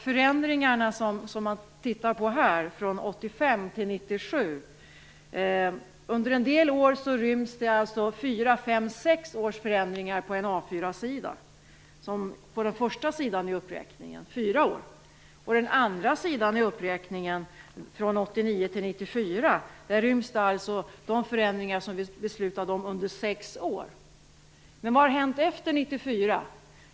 Under en del år ryms alltså fyra fem sex års förändringar på en A 4-sida - på den första sidan av uppräkningen fyra års förändringar. Den andra sidan i uppräkningen gällande åren från 1989 till 1994 rymmer förändringar som beslutades under sex år. Men vad har hänt efter 1994?